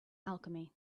alchemy